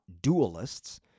dualists